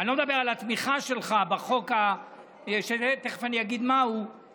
עומדת פה חברת כנסת וקוראת לנו טליבאן.